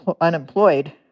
unemployed